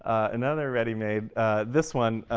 another ready-made this one